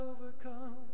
overcome